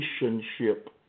relationship